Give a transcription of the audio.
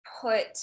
put